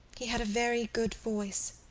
he had a very good voice,